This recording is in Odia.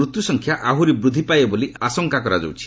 ମୃତ୍ୟୁସଂଖ୍ୟା ଆହୁରି ବୃଦ୍ଧି ପାଇବ ବୋଲି ଆଶଙ୍କା କରାଯାଉଛି